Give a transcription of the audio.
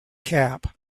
cap